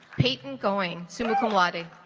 payton going suma kawauti